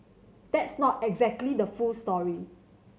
that's not exactly the full story